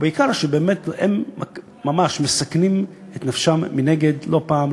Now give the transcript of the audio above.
בעיקר שהם באמת מסכנים את נפשם לא פעם,